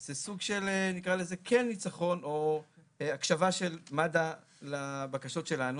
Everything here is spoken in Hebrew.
זה סוג של ניצחון או הקשבה של מד"א לבקשות שלנו.